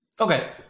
Okay